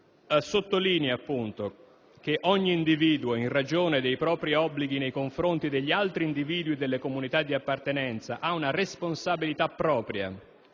sottolinea che «ogni individuo, in ragione dei propri obblighi nei confronti degli altri individui e della comunità di appartenenza, ha una responsabilità propria